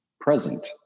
present